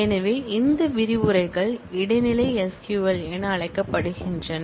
எனவே இந்த விரிவுரைகள் இடைநிலை SQL என அழைக்கப்படுகின்றன